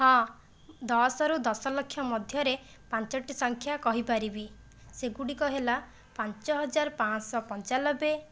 ହଁ ଦଶରୁ ଦଶଲକ୍ଷ ମଧ୍ୟରେ ପାଞ୍ଚଟି ସଂଖ୍ୟା କହିପାରିବି ସେଗୁଡ଼ିକ ହେଲା ପାଞ୍ଚହଜାର ପାଞ୍ଚଶହ ପଞ୍ଚାନବେ